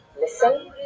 listen